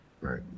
Right